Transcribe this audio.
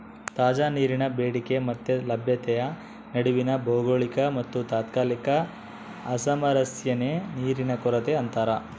ತಾಜಾ ನೀರಿನ ಬೇಡಿಕೆ ಮತ್ತೆ ಲಭ್ಯತೆಯ ನಡುವಿನ ಭೌಗೋಳಿಕ ಮತ್ತುತಾತ್ಕಾಲಿಕ ಅಸಾಮರಸ್ಯನೇ ನೀರಿನ ಕೊರತೆ ಅಂತಾರ